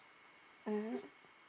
mmhmm